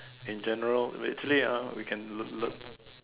in general actually ah we can look look